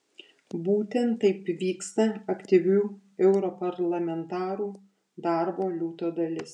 būtent taip vyksta aktyvių europarlamentarų darbo liūto dalis